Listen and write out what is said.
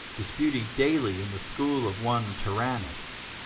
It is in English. disputing daily in the school of one tyrannus.